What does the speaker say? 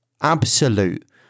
Absolute